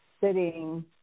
sitting